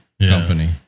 company